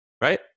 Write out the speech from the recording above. right